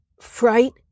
fright